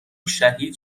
شهید